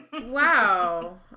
wow